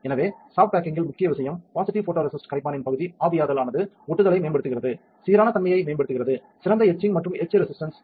எனவே சாப்ட் பேக்கிங்கில் முக்கிய விஷயம் பாசிட்டிவ் போடோரெசிஸ்ட் கரைப்பானின் பகுதி ஆவியாதல் ஆனது ஒட்டுதலை மேம்படுத்துகிறது சீரான தன்மையை மேம்படுத்துகிறது சிறந்த எட்சிங் மற்றும் எட்ச் ரெசிஸ்டன்ஸ்